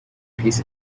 piece